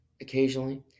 occasionally